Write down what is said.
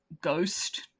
ghost